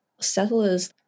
settlers